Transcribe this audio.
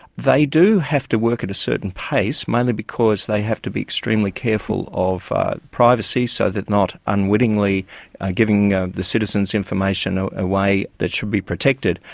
they do have to work at a certain pace, mainly because they have to be extremely careful of privacy so that not unwittingly giving ah the citizens information ah a way that should be protected,